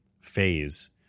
phase